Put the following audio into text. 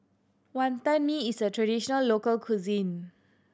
Wantan Mee is a traditional local cuisine